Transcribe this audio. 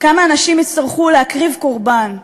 כמה אנשים יצטרכו להקריב קורבן,